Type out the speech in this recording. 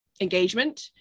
engagement